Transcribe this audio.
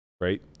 right